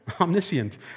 omniscient